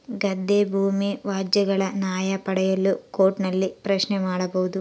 ಗದ್ದೆ ಭೂಮಿ ವ್ಯಾಜ್ಯಗಳ ನ್ಯಾಯ ಪಡೆಯಲು ಕೋರ್ಟ್ ನಲ್ಲಿ ಪ್ರಶ್ನೆ ಮಾಡಬಹುದಾ?